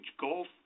golf